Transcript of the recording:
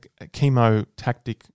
chemotactic